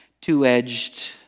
two-edged